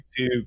youtube